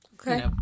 Okay